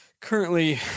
currently